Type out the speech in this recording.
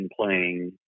playing